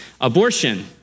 abortion